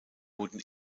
wurden